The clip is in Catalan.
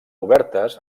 obertes